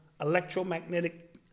electromagnetic